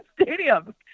stadium